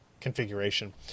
configuration